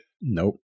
Nope